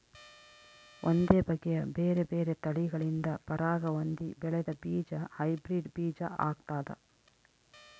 ಒಂದೇ ಬಗೆಯ ಬೇರೆ ಬೇರೆ ತಳಿಗಳಿಂದ ಪರಾಗ ಹೊಂದಿ ಬೆಳೆದ ಬೀಜ ಹೈಬ್ರಿಡ್ ಬೀಜ ಆಗ್ತಾದ